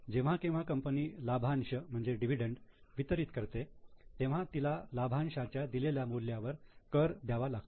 जेव्हा केव्हा कंपनी लाभांश वितरित करते तेव्हा तिला लाभांशाच्या दिलेल्या मूल्यावर कर द्यावा लागतो